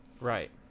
right